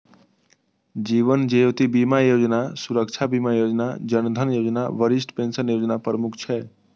जीवन ज्योति बीमा योजना, सुरक्षा बीमा योजना, जन धन योजना, वरिष्ठ पेंशन योजना प्रमुख छै